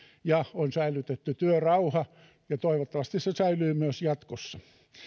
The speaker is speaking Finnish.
ja on säilytetty työrauha ja toivottavasti se säilyy myös jatkossa